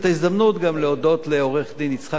גם להודות לעורך-דין יצחק נטוביץ,